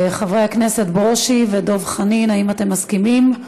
חברי הכנסת ברושי ודב חנין, האם אתם מסכימים?